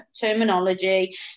terminology